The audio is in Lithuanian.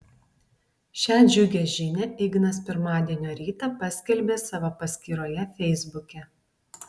šią džiugią žinią ignas pirmadienio rytą paskelbė savo paskyroje feisbuke